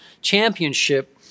championship